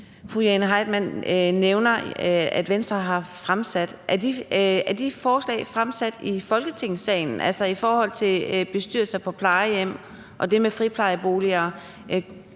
fru Jane Heitmann nævner Venstre har fremsat: Er de forslag fremsat i Folketingssalen, altså i forhold til bestyrelser på plejehjem og det med friplejeboliger?